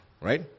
right